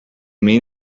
mean